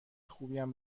خوبیم